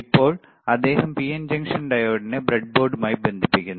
ഇപ്പോൾ അദ്ദേഹം PN junction ഡയോഡിനെ ബ്രെഡ്ബോർഡുമായി ബന്ധിപ്പിക്കുന്നു